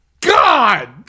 God